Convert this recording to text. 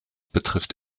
betrifft